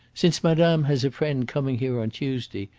since madame has a friend coming here on tuesday,